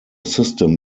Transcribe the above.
system